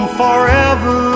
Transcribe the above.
forever